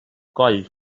coll